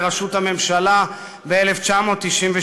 לראשות הממשלה ב-1992.